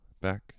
back